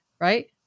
right